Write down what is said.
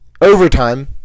Overtime